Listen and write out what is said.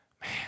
Man